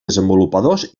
desenvolupadors